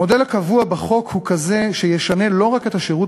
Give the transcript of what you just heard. המודל הקבוע בחוק הוא כזה שישנה לא רק את השירות